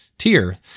tier